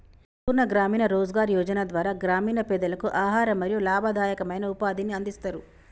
సంపూర్ణ గ్రామీణ రోజ్గార్ యోజన ద్వారా గ్రామీణ పేదలకు ఆహారం మరియు లాభదాయకమైన ఉపాధిని అందిస్తరు